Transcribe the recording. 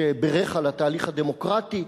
שבירך על התהליך הדמוקרטי.